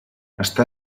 està